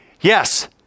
Yes